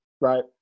right